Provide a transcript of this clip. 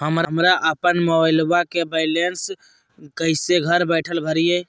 हमरा अपन मोबाइलबा के बैलेंस कैसे घर बैठल भरिए?